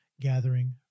gathering